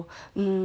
so um so !wow!